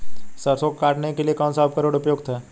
सरसों को काटने के लिये कौन सा उपकरण उपयुक्त है?